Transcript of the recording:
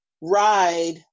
ride